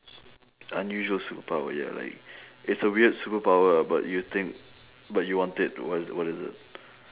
unusual superpower ya like it's a weird superpower but you think but you want it what is what is it